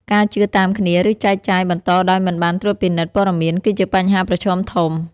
ការ ជឿតាមគ្នា ឬចែកចាយបន្តដោយមិនបានត្រួតពិនិត្យ ព័ត៌មាន គឺជាបញ្ហាប្រឈមធំ។